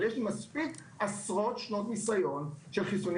אבל יש לי מספיק עשרות שנות ניסיון של חיסונים